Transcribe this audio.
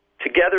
Together